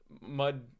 mud